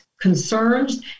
concerns